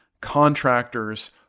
contractors